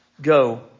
go